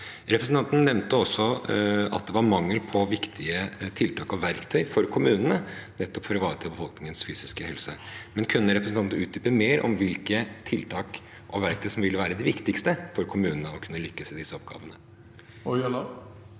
Representanten nevnte også at det var mangel på viktige tiltak og verktøy for kommunene, nettopp for å ivareta befolkningens psykiske helse. Kunne representanten utdype mer om hvilke tiltak og verktøy som ville være de viktigste for kommunene, for å kunne lykkes i disse oppgavene?